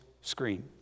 screen